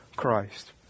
christ